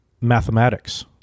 mathematics